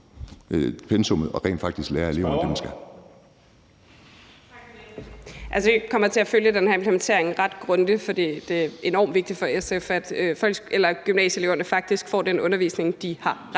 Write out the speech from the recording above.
pensum og rent faktisk lærer eleverne det, man skal.